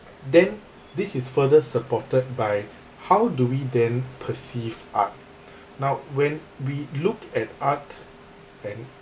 then this is further supported by how do we then perceive art now when we look at art and